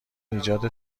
ایجاد